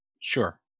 sure